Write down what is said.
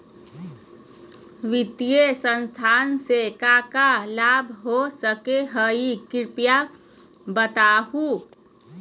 वित्तीय संस्था से का का लाभ हो सके हई कृपया बताहू?